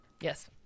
Yes